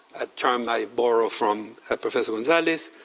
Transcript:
a term i burrow from professor gonzales,